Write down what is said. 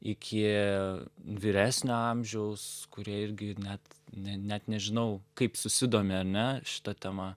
iki vyresnio amžiaus kurie irgi net ne net nežinau kaip susidomi ane šita tema